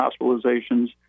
hospitalizations